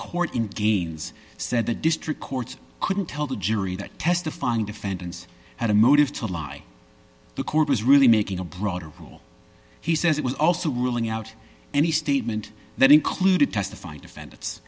court in games said the district court couldn't tell the jury that testifying defendants had a motive to lie the court was really making a broader fool he says it was also ruling out any statement that included testifying defen